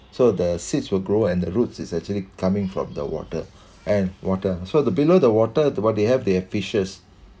so the seeds will grow and the roots is actually coming from the water and water so the below the water the what they have fishes